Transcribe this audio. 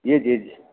age age